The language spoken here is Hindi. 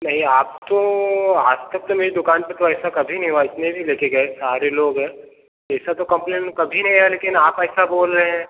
नहीं आप तो आज तक तो मेरी दुकान पर ऐसा कभी नहीं हुआ जितने भी ले के गए सारे लोग हैं ऐसा तो कंप्लेन कभी नहीं आया लेकिन आप ऐसा बोल रहे हैं